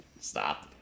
Stop